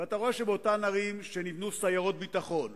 ואתה רואה שבאותן ערים שנבנו סיירות ביטחון,